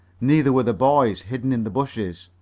neither were the boys, hidden in the bushes.